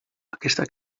aquesta